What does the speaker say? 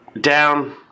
Down